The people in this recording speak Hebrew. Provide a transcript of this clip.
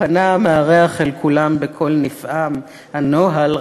/ פנה המארח אל כולם בקול נפעם: / הנוהל,